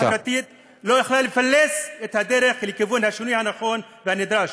ולכן המחאה החברתית לא יכלה לפלס את הדרך לכיוון השינוי הנכון והנדרש.